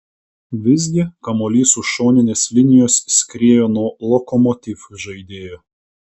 visgi kamuolys už šoninės linijos skriejo nuo lokomotiv žaidėjo